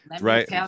Right